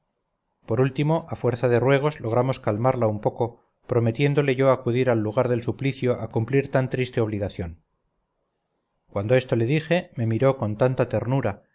por último a fuerza de ruegos logramos calmarla un poco prometiéndole yo acudir al lugar del suplicio a cumplir tan triste obligación cuando esto le dije me miró con tanta ternura